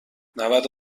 نود